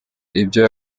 ibyo